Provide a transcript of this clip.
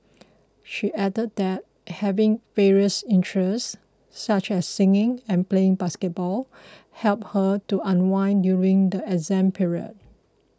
she added that having various interests such as singing and playing basketball helped her to unwind during the exam period